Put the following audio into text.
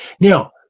Now